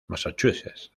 massachusetts